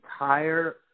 entire –